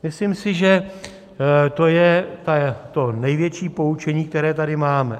Myslím si, že to je to největší poučení, které tady máme.